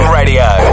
radio